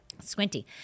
squinty